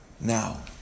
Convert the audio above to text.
Now